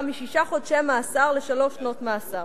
משישה חודשי מאסר לשלוש שנות מאסר.